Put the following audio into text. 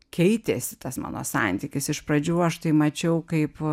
keitėsi tas mano santykis iš pradžių aš tai mačiau kaip